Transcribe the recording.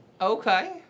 Okay